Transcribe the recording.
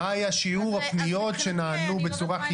מה היה שיעור הפניות שנענו בצורה חיובית?